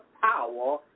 power